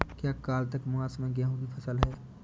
क्या कार्तिक मास में गेहु की फ़सल है?